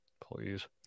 please